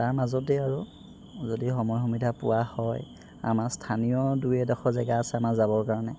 তাৰ মাজতেই আৰু যদি সময় সুবিধা পোৱা হয় আমাৰ স্থানীয় দুই এডখৰ জেগা আছে আমাৰ যাব কাৰণে